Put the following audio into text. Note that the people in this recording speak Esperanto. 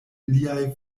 liaj